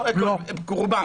רובם.